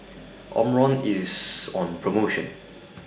Omron IS on promotion